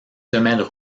semelles